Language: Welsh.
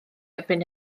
erbyn